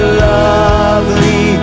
lovely